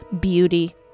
beauty